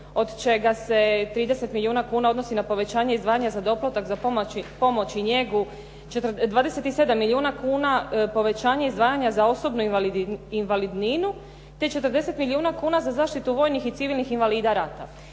od čega se 30 milijuna kuna odnosi na povećanje izdvajanja za doplatak za pomoć i njegu 27 milijuna kuna, povećanje izdvajanja za osobnu invalidninu te 40 milijuna kuna za zaštitu vojnih i civilnih invalida rata.